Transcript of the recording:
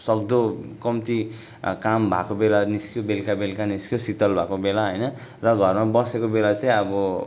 सक्दो कम्ती काम भएको बेला निस्कियो बेलुका बेलुका निस्क्यो शीतल भएको बेला होइन र घरमा बसेको बेला चाहिँ अब